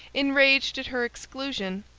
enraged at her exclusion,